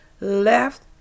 left